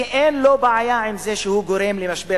ואין לו בעיה עם זה שהוא גורם למשבר